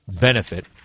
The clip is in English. benefit